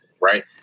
right